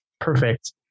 Perfect